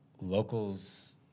locals